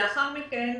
לאחר מכן,